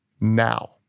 now